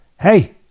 hey